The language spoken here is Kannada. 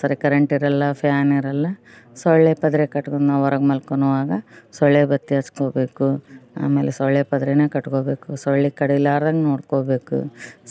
ಸರಿ ಕರೆಂಟ್ ಇರೋಲ್ಲ ಫ್ಯಾನ್ ಇರೋಲ್ಲ ಸೊಳ್ಳೆ ಪದ್ರ ಕಟ್ಕೊಂಡು ನಾವು ಹೊರಗೆ ಮಲ್ಕೊಳ್ಳುವಾಗ ಸೊಳ್ಳೆ ಬತ್ತಿ ಹಚ್ಕೊಳ್ಭೇಕು ಆಮೇಲೆ ಸೊಳ್ಳೆ ಪದ್ರನೇ ಕಟ್ಕೊಳ್ಬೇಕು ಸೊಳ್ಳೆ ಕಡಿಲಾರ್ದಂಗೆ ನೋಡ್ಕೊಳ್ಬೇಕು